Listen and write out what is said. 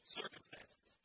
circumstances